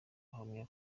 bahamya